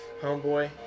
homeboy